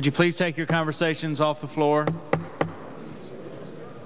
could you please take your conversations off the floor